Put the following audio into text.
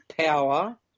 power